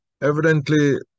Evidently